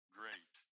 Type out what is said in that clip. great